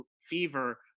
Fever